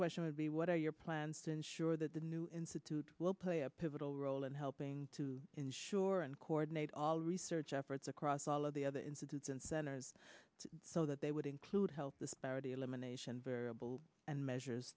question would be what are your plans to ensure that the new institute will play a pivotal role in helping to ensure and coordinate all research efforts across all of the other institutes and centers so that they would include health disparity elimination variable and measures